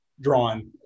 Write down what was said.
drawn